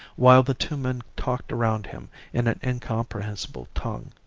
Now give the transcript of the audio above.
while the two men talked around him in an incomprehensible tongue.